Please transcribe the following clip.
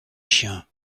chiens